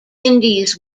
indies